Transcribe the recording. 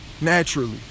naturally